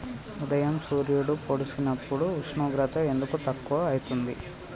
ఉదయం సూర్యుడు పొడిసినప్పుడు ఉష్ణోగ్రత ఎందుకు తక్కువ ఐతుంది?